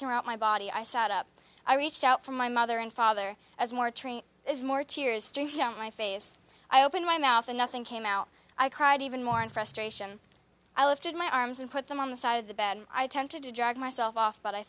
throughout my body i sat up i reached out for my mother and father as more train is more tears streaming down my face i opened my mouth and nothing came out i cried even more infestation i lifted my arms and put them on the side of the bed i tend to drag myself off but i